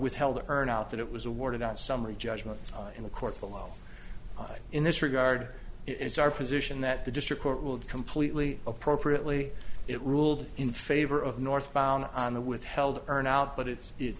withheld earn out that it was awarded on summary judgment in the court below in this regard it's our position that the district court ruled completely appropriately it ruled in favor of northbound on the withheld earn out but it was it